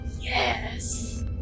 Yes